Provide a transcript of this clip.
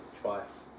twice